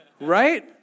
Right